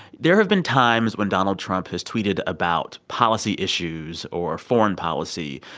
there have been times when donald trump has tweeted about policy issues or foreign policy.